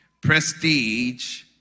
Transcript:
prestige